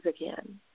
again